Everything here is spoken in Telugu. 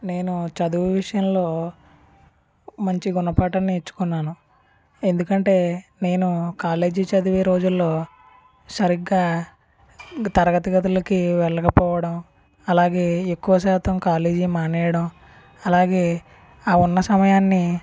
నేను చదువు విషయంలో మంచి గుణపాఠం నేర్చుకున్నాను ఎందుకంటే నేను కాలేజీ చదివే రోజుల్లో సరిగ్గా తరగతి గదులకి వెళ్ళకపోవడం అలాగే ఎక్కువ శాతం కాలేజీ మానేయడం అలాగే ఆ ఉన్న సమయాన్ని